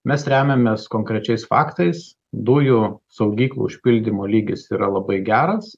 mes remiamės konkrečiais faktais dujų saugyklų užpildymo lygis yra labai geras